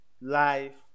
life